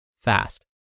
fast